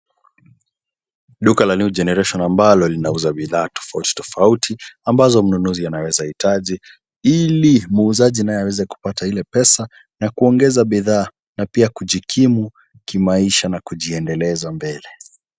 Duka la New Generation ambalo linauza bidhaa tofauti tofauti, ambazo mnunuzi anaweza hitaji ili muuzaji naye aweze kupata ile pesa na kuongeza bidhaa na pia kujikimu, kimaisha na kujiendeleza mbele.